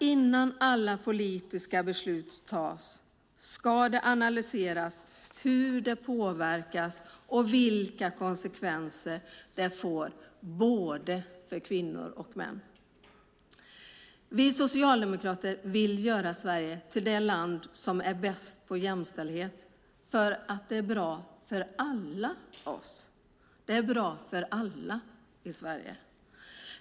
Innan alla politiska beslut tas ska man analysera hur de påverkar och vilka konsekvenser de får för både kvinnor och män. Vi socialdemokrater vill göra Sverige till det land som är bäst på jämställdhet för att det är bra för alla oss i Sverige.